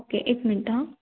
okay एक मिनटं हां